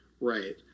Right